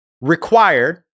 required